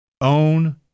Own